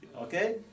Okay